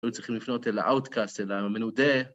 היו צריכים לפנות אל האוטקאסט, אל המנודה.